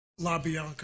LaBianca